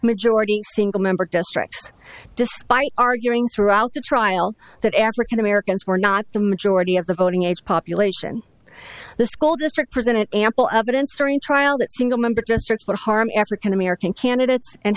majority single member districts despite arguing throughout the trial that african americans were not the majority of the voting age population the school district presented ample evidence during trial that single member districts were harming african american candidates and